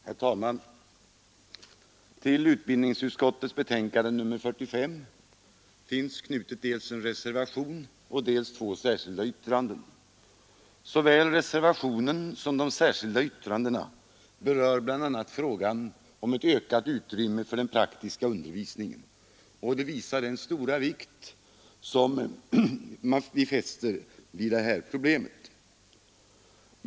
Herr talman! Till utbildningsutskottets betänkande nr 45 är knutna dels en reservation, dels två särskilda yttranden. Såväl reservationen som de särskilda yttrandena berör bl.a. frågan om ett ökat utrymme för den praktiska undervisningen, och det visar den stora vikt som vi äster vid dessa problem.